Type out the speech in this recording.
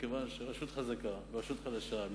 מכיוון שרשות חזקה ורשות חלשה,